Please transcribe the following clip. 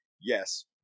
Yes